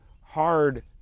hard